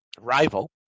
rival